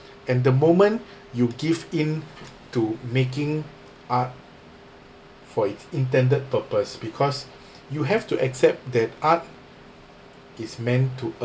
and the moment you give in to making art for its intended purpose because you have to accept that art is meant to